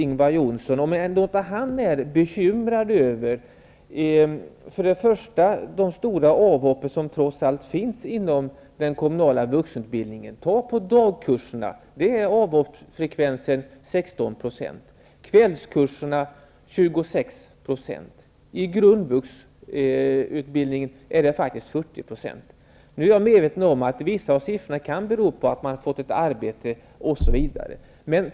Ingvar Johnsson inte bekymrad över de stora avhoppen som görs inom den kommunala vuxenutbildningen? På dagkurserna är avhoppsfrekvensen 16 %, på kvällskurserna 26 % och i grundvuxutbildningen 40 %. Jag är medveten om att vissa av avhoppen kan bero på att man t.ex. har fått ett arbete.